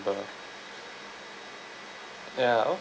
ya